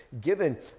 given